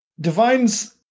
Divine's